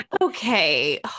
Okay